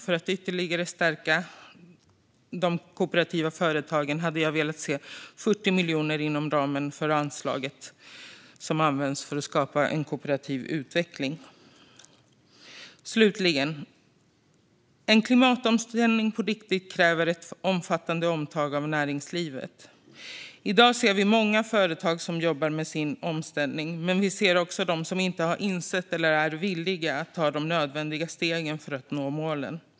För att ytterligare stärka de kooperativa företagen hade jag velat se 40 miljoner inom ramen för anslaget som används för att skapa en kooperativ utveckling. Slutligen: En klimatomställning på riktigt kräver ett omfattande omtag av näringslivet. I dag ser vi många företag som jobbar med sin omställning, men vi ser också de som inte har insett detta eller som inte är villiga att ta de nödvändiga stegen för att nå målen.